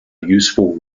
useful